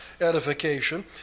edification